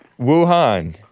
Wuhan